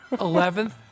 Eleventh